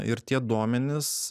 ir tie duomenys